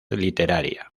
literaria